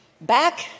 Back